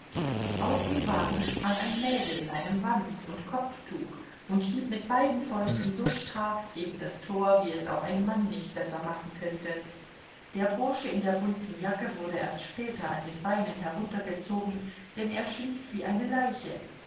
aus dem wagen sprang ein mädel in einem wams und kopftuch und hieb mit beiden fäusten so stark gegen das tor wie es auch ein mann nicht besser machen könnte der bursche in der bunten jacke wurde erst später an den beinen heruntergezogen denn er schlief wie eine leiche